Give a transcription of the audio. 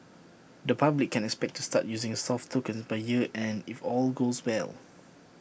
the public can expect to start using soft tokens by year end if all goes well